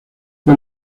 fue